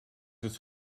het